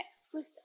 exclusive